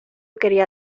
quería